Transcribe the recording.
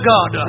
God